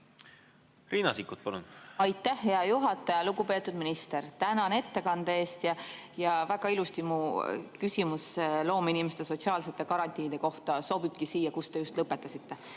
Riina Sikkut, palun! Aitäh, hea juhataja! Lugupeetud minister, tänan ettekande eest! Ja väga ilusti mu küsimus loomeinimeste sotsiaalsete garantiide kohta sobibki siia, kus te just lõpetasite.